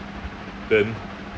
then